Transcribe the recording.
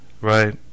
Right